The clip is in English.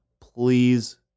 please